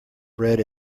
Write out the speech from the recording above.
bread